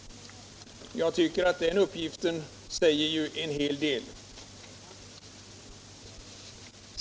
Jag tycker att den uppgiften säger en hel del.